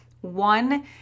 One